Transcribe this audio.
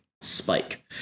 spike